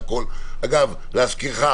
ואגב להזכירך,